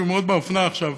שהוא מאוד באופנה עכשיו,